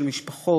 של משפחות,